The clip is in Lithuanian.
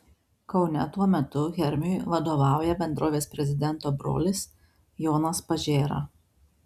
kaune tuo metu hermiui vadovauja bendrovės prezidento brolis jonas pažėra